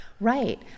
Right